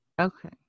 Okay